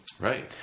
Right